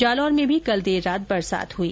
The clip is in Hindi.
जालौर में भी कल देर रात बरसात हुई